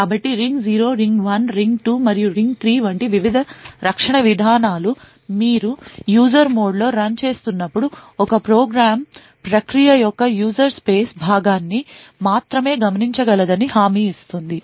కాబట్టి ring 0 ring 1 ring 2 మరియు ring 3 వంటి వివిధ రక్షణ విధానాలు మీరు యూజర్ మోడ్లో రన్ చేస్తున్నప్పుడు ఒక ప్రోగ్రామ్ ప్రక్రియ యొక్క యూజర్ స్పేస్ భాగాన్ని మాత్రమే గమనించగలదని హామీ ఇస్తుంది